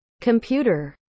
computer